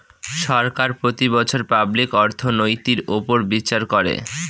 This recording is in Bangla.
সরকার প্রতি বছর পাবলিক অর্থনৈতির উপর বিচার করে